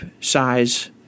size